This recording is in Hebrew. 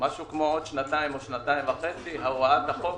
משהו כמו עוד שנתיים או שנתיים וחצי הוראת החוק